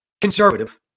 Conservative